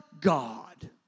God